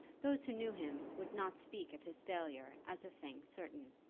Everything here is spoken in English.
those who knew him would not speak of his failure as a thing certain.